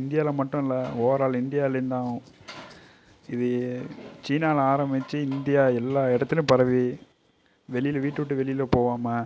இந்தியாவில் மட்டும் இல்லை ஓவர் ஆல் இந்தியாவிலையும் தான் இது சீனாவில ஆரம்பிச்சு இந்தியா எல்லா இடத்துலையும் பரவி வெளியில வீட்டை விட்டு வெளியில போகாம